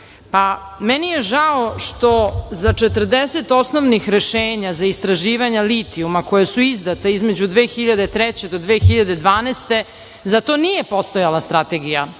pa meni je žao što za 40 osnovnih rešenja za istraživanja litijuma koja su izdata između 2003. do 2012. godine, za to nije postojala strategija